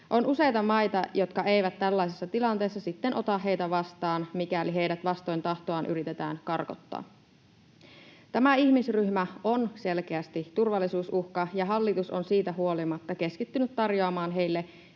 On useita maita, jotka eivät tällaisessa tilanteessa sitten ota heitä vastaan, mikäli heidät vastoin tahtoaan yritetään karkottaa. Tämä ihmisryhmä on selkeästi turvallisuusuhka. Hallitus on siitä huolimatta keskittynyt tarjoamaan heille